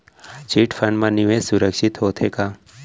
Chit fund मा निवेश सुरक्षित होथे का?